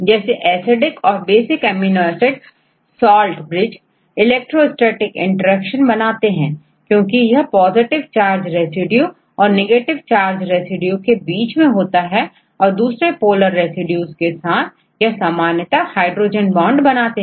जैसे एसिडिक ओर basic amino acid salt bridge electrostatic interaction बनाते हैं क्योंकि यह पॉजिटिव चार्ज रेसिड्यू और नेगेटिव चार्ज रेसिड्यू के बीच में होता है और दूसरे पोलर रेसिड्यू के साथ यह सामान्यतः हाइड्रोजन बांड बनाते हैं